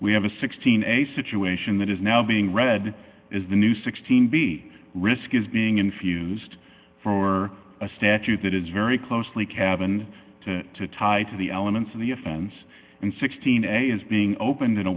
we have a sixteen a situation that is now being read is the new sixteen b risk is being infused for a statute that is very closely cabin tied to the elements of the offense and sixteen is being opened in a